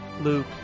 Luke